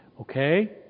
Okay